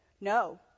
no